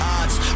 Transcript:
odds